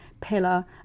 pillar